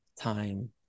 time